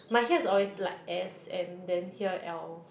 my here is always like S M then here L